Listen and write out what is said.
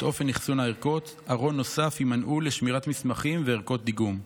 ואת אופן אחסון הערכות: ארון נוסף עם מנעול לשמירת מסמכים וערכות דיגום.